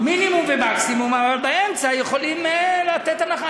מינימום ומקסימום, אבל באמצע יכולים לתת הנחה.